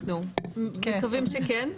אנחנו מקוים שכן,